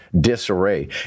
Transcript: disarray